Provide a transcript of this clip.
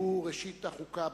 שהוא ראשית החוקה בישראל.